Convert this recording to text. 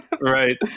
right